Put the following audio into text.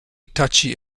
touchy